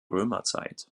römerzeit